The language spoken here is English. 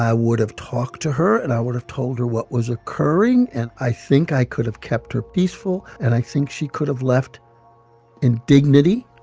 i would have talked to her. and i would have told her what was occurring. and i think i could have kept her peaceful. and i think she could have left in dignity,